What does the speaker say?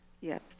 Yes